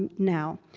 now.